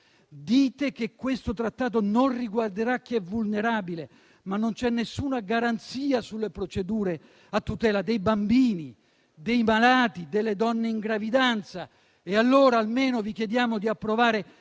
Dite che questo trattato non riguarderà chi è vulnerabile, ma non c'è nessuna garanzia sulle procedure a tutela dei bambini, dei malati e delle donne in gravidanza. Vi chiediamo allora almeno di approvare